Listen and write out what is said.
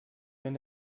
wenn